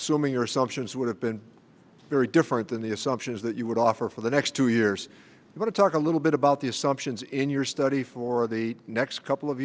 jones would have been very different than the assumptions that you would offer for the next two years i want to talk a little bit about the assumptions in your study for the next couple of